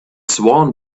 swan